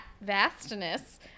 vastness